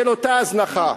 של אותה הזנחה.